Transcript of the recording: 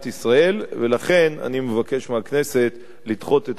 ולכן אני מבקש מהכנסת לדחות את הצעות האי-אמון.